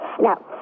Now